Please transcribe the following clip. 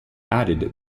added